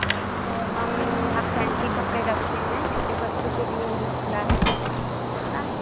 जी तो हम यहाँ फ़ैंसी कपड़े रखते हैं छोटे बच्चों के लिए ही खुला है हाँ